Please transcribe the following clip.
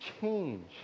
change